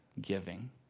giving